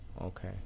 Okay